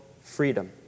freedom